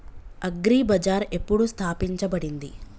Agri బజార్ ఎప్పుడు స్థాపించబడింది?